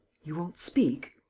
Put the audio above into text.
you won't speak?